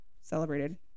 celebrated